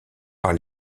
par